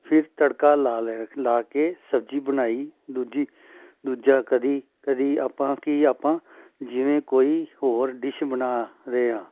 ਫਿਰ ਤੜਕਾ ਲਾ ਲੇ ਲਾ ਕੇ ਸਬਜ਼ੀ ਬਣਾਈ ਦੂਜੀ ਦੂਜਾ ਕਦੀ ਕਦੀ ਆਪਾਂ ਕਿ ਆਪਾਂ ਜਿਵੇਂ ਕੋਈ ਹੋਰ ਡਿਸ਼ ਬਣਾ ਰਿਹਾ